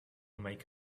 make